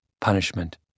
punishment